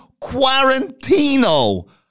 Quarantino